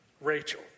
Rachel